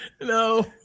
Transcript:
no